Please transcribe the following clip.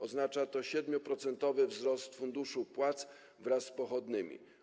Oznacza to 7-procentowy wzrost funduszu płac wraz z pochodnymi.